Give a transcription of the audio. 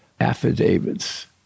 affidavits